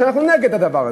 ואנחנו נגד הדבר הזה.